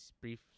brief